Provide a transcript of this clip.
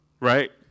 right